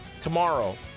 tomorrow